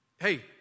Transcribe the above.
hey